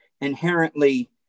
inherently